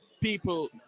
people